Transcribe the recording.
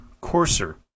coarser